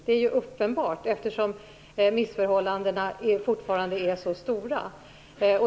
Det är uppenbart, eftersom missförhållandena fortfarande är så stora.